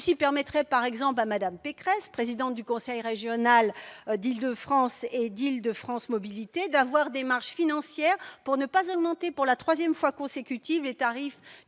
Elles permettraient, par exemple, à Mme Pécresse, présidente du conseil régional d'Île-de-France et d'Île-de-France Mobilités, de disposer de marges financières suffisantes pour ne pas augmenter pour la troisième fois consécutive les tarifs